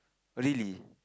really